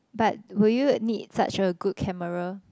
but will you need such a good camera